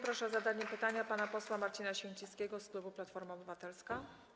Proszę o zadanie pytania pana posła Marcina Święcickiego z klubu Platforma Obywatelska.